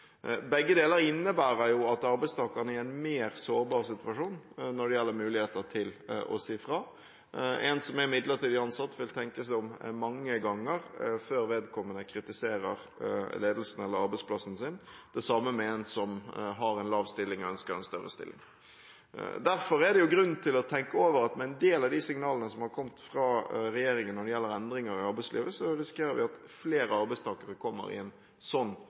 Begge deler innebærer at arbeidstakerne er i en mer sårbar situasjon når det gjelder muligheter til å si fra. En som er midlertidig ansatt, vil tenke seg om mange ganger før vedkommende kritiserer ledelsen eller arbeidsplassen sin, det samme med en som har en lav stilling og ønsker en høyere stilling. Derfor er det grunn til å tenke over at med en del av de signalene som har kommet fra regjeringen når det gjelder endringer i arbeidslivet, risikerer vi at flere arbeidstakere kommer i en sånn